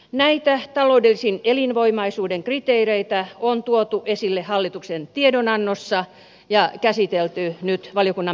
näitä taloudellisen elinvoimaisuuden kriteereitä on tuotu esille hallituksen tiedonannossa ja käsitelty nyt valiokunnan mietinnössä